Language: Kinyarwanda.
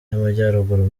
y’amajyaruguru